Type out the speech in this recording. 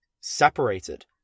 separated